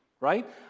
right